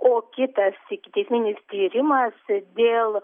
o kitas ikiteisminis tyrimas dėl